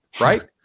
right